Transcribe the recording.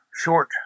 short